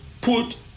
put